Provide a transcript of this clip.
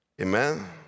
Amen